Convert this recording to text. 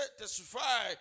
testify